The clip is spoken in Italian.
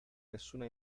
nessuna